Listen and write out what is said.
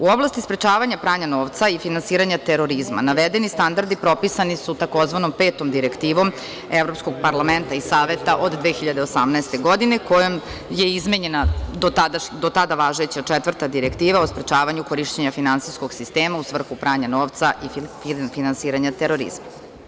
U oblasti sprečavanja pranja novca i finansiranja terorizma navedeni standardi propisani su tzv. Petom direktivom Evropskog parlamenta i Saveta od 2018. godine, kojom je izmenjena do tada važeća, Četvrta direktiva o sprečavanju korišćenja finansijskog sistema u svrhu pranja novca i finansiranja terorizma.